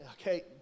Okay